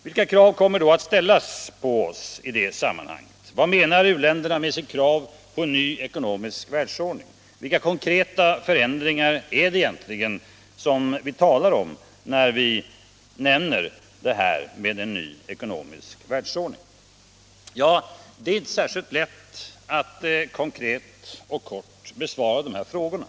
Vilka krav kommer då att ställas på oss i detta sammanhang? Vad menar u-länderna med sitt krav på en ny ekonomisk världsordning? Vilka konkreta förändringar är det egentligen som vi talar om i samband med denna nya ekonomiska världsordning? Det är inte helt lätt att konkret och kort besvara de här frågorna.